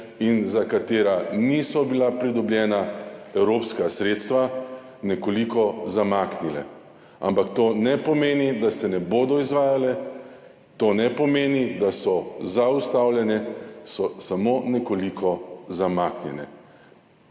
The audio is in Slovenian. in za katere niso bila pridobljena evropska sredstva, nekoliko zamaknile, ampak to ne pomeni, da se ne bodo izvajale, to ne pomeni, da so zaustavljene, so samo nekoliko zamaknjene.